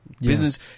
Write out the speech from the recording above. Business